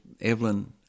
Evelyn